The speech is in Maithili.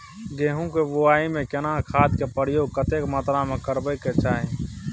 गेहूं के बुआई में केना खाद के प्रयोग कतेक मात्रा में करबैक चाही?